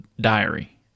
diary